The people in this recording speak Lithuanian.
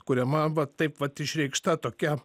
kuriama vat taip vat išreikšta tokia